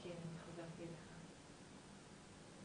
מי הולך לשלם